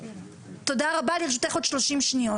תודה רבה, לרשותך עוד 30 שניות.